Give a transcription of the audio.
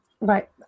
right